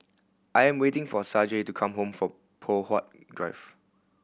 I'm waiting for Saige to come home for Poh Huat Drive